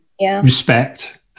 respect